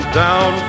down